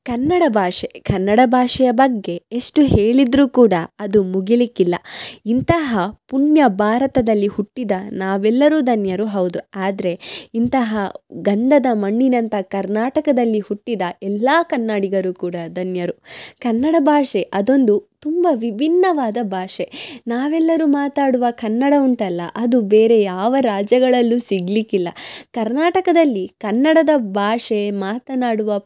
ಕನ್ನಡ ಭಾಷೆ ಕನ್ನಡ ಭಾಷೆಯ ಬಗ್ಗೆ ಎಷ್ಟು ಹೇಳಿದ್ರು ಕೂಡ ಅದು ಮುಗಿಲಿಕ್ಕಿಲ್ಲ ಇಂತಹ ಪುಣ್ಯ ಭಾರತದಲ್ಲಿ ಹುಟ್ಟಿದ ನಾವೆಲ್ಲರು ಧನ್ಯರು ಹೌದು ಆದರೆ ಇಂತಹ ಗಂಧದ ಮಣ್ಣಿನಂಥ ಕರ್ನಾಟಕದಲ್ಲಿ ಹುಟ್ಟಿದ ಎಲ್ಲಾ ಕನ್ನಡಿಗರು ಕೂಡ ಧನ್ಯರು ಕನ್ನಡ ಭಾಷೆ ಅದೊಂದು ತುಂಬ ವಿಭಿನ್ನವಾದ ಭಾಷೆ ನಾವೆಲ್ಲರು ಮಾತಾಡುವ ಕನ್ನಡ ಉಂಟಲ್ಲ ಅದು ಬೇರೆ ಯಾವ ರಾಜ್ಯಗಳಲ್ಲು ಸಿಗಲಿಕ್ಕಿಲ್ಲ ಕರ್ನಾಟಕದಲ್ಲಿ ಕನ್ನಡದ ಭಾಷೆ ಮಾತನಾಡುವ